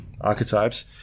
archetypes